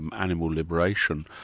and animal liberation,